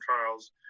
trials